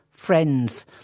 Friends